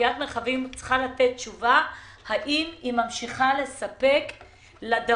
מאפיית מרחבית צריכה לתת תשובה האם היא ממשיכה לספק לדרום.